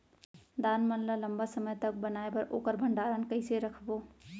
दाल मन ल लम्बा समय तक बनाये बर ओखर भण्डारण कइसे रखबो?